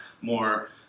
more